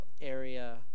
area